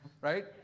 right